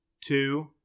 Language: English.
two